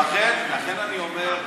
אז לכן אני אומר,